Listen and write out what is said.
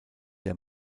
der